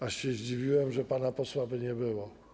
Aż się zdziwiłem, że pana posła by nie było.